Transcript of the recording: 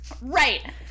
Right